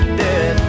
dead